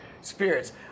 spirits